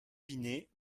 binet